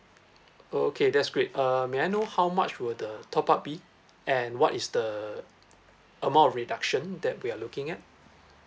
okay that's great uh may I know how much will the top up be and what is the amount of reduction that we're looking at